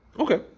Okay